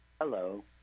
hello